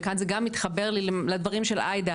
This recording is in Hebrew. וכאן זה גם מתחבר לי לדברים של עאידה,